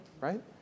Right